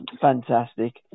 fantastic